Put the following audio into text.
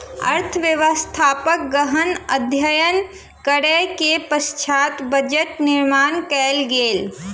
अर्थव्यवस्थाक गहन अध्ययन करै के पश्चात बजट निर्माण कयल गेल